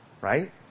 right